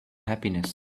happiness